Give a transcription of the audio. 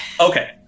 Okay